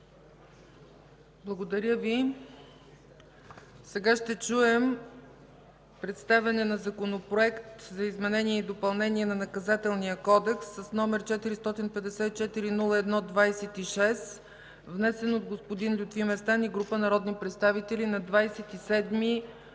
Благодаря Ви. Ще чуем представяне на Законопроект за изменение и допълнение на Наказателния кодекс, № 454-01-26, внесен от господин Лютви Местан и група народни представители на 27